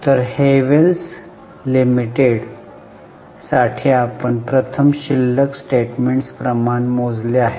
तर हेवेल्स लिमिटेड साठी आपण प्रथम शिल्लक स्टेटमेंट्स प्रमाण मोजले आहे